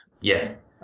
Yes